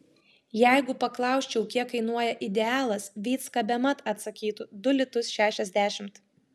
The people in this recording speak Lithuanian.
jeigu paklausčiau kiek kainuoja idealas vycka bemat atsakytų du litus šešiasdešimt